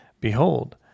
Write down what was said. Behold